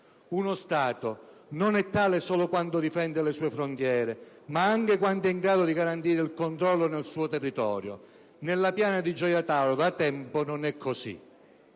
Uno Stato non è tale solo quando difende le sue frontiere, ma anche quando è in grado di garantire il controllo del suo territorio. Nella piana di Gioia Tauro da tempo non è così.